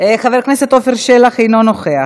חבר הכנסת עפר שלח, אינו נוכח.